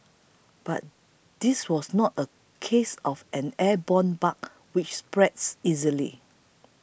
but this was not a case of an airborne bug which spreads easily